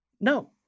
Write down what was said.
No